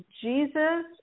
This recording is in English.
Jesus